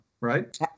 right